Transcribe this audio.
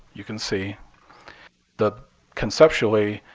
you can see that conceptually